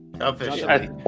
officially